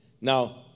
Now